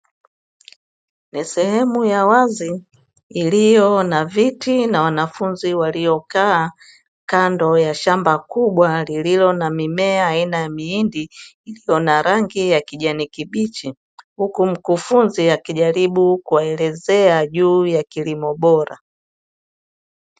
Ni sehemu ya wazi iliyo na viti na wanafunzi waliokaa kando ya shamba kubwa lililo na mimea aina ya mihindi iliyo na rangi ya kijani kibichi, huku mkufunzi akijaribu kuwaelezea juu ya kilimo bora.